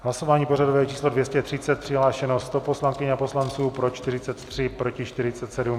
Hlasování pořadové číslo 230, přihlášeno 100 poslankyň a poslanců, pro 43, proti 47.